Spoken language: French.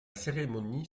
cérémonie